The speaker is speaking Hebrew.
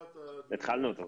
לקראת הדיון --- התחלנו אותו.